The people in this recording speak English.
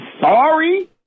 sorry